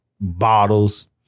bottles